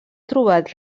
trobat